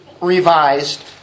revised